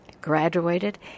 graduated